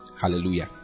hallelujah